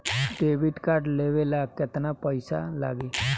Debit card लेवे ला केतना पईसा लागी?